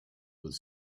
with